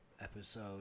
episode